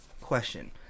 question